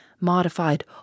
modified